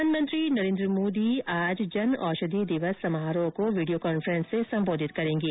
प्रधानमंत्री नरेन्द्र मोदी आज जन औषधि दिवस समारोह को वीडियो कॉन्फ्रेंस से संबोधित करेंगे